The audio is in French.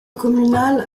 communale